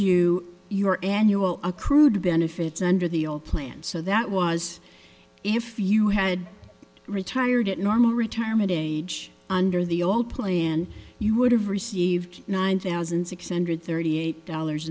you your annual accrued benefits under the old plan so that was if you had retired at normal retirement age under the old playin you would have received nine thousand six hundred thirty eight dollars